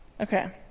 Okay